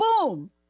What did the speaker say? boom